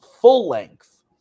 full-length